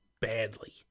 badly